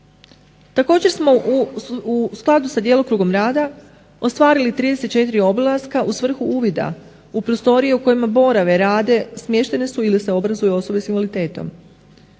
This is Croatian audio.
Također smo u skladu sa djelokrugom rada ostvarili 34 obilaska u svrhu uvida u prostorije u kojima borave, rade, smještene su ili se obrazuju osobe s invaliditetom.